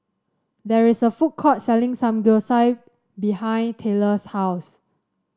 there is a food court selling Samgyeopsal behind Tyler's house